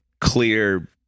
clear